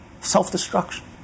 self-destruction